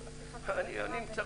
לא, אני מצפה,